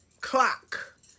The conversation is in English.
clock